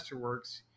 Masterworks